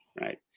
right